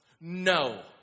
no